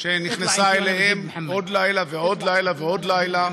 שנכנסה אליה עוד לילה ועוד לילה ועוד לילה,